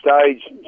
stage